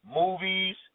movies